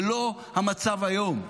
זה לא המצב היום.